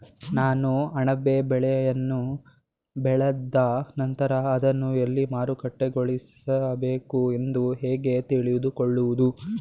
ನಾನು ಅಣಬೆ ಬೆಳೆಯನ್ನು ಬೆಳೆದ ನಂತರ ಅದನ್ನು ಎಲ್ಲಿ ಮಾರುಕಟ್ಟೆಗೊಳಿಸಬೇಕು ಎಂದು ಹೇಗೆ ತಿಳಿದುಕೊಳ್ಳುವುದು?